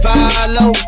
Follow